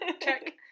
Check